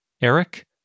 Eric